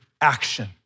action